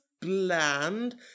bland